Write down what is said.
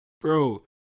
Bro